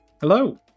Hello